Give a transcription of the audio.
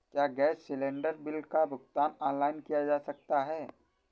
क्या gas cylinder bill का भुगतान ऑनलाइन किया जा सकता है?